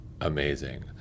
Amazing